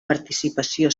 participació